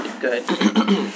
Good